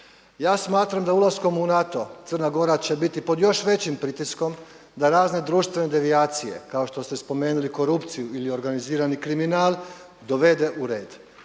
Ja smatram da ulaskom u NATO Crna Gora će biti pod još većim pritiskom da razne društvene devijacije kao što ste spomenuli korupciju ili organizirani kriminal dovede u red.